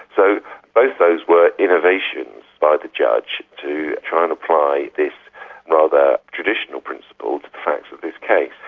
so both those were innovations by the judge to try and apply this rather traditional principle to the facts of this case.